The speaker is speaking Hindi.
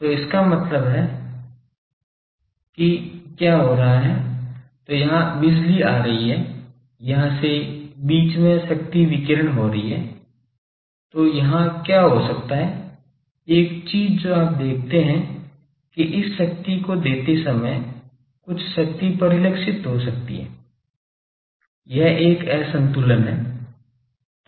तो इसका मतलब है कि क्या हो रहा है तो यहाँ बिजली आ रही है यहाँ से बीच में शक्ति विकीर्ण हो रही है तो यहाँ क्या हो सकता है एक चीज जो आप देखते हैं कि इस शक्ति को देते समय कुछ शक्ति परिलक्षित हो सकती है वह एक असंतुलन है